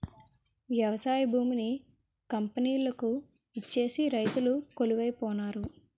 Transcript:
వ్యవసాయ భూమిని కంపెనీలకు ఇచ్చేసి రైతులు కొలువై పోనారు